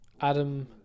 Adam